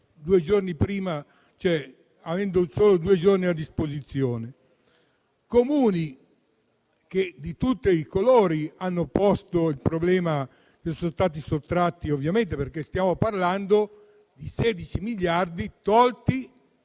di fronte a una scelta avendo solo due giorni a disposizione. Comuni di tutti i colori hanno posto il problema che sono state sottratte risorse, perché stiamo parlando di 16 miliardi tolti